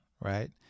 Right